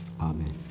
amen